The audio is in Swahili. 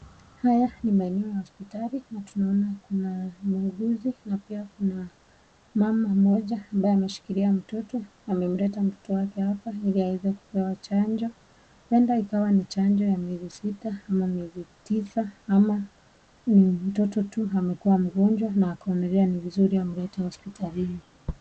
Haya ni maeneo ya hospitali na tunaona kuna muuguzi na pia kuna mama mmoja ambaye ameshikilia mtoto. Amemleta mtoto wake hapa ili aweze kupewa chanjo. Huenda ikawa ni chanjo ya miezi sita ama miezi tisa ama mtoto tu amekuwa mgonjwa na akaonelea ni vizuri amlete hospitalini.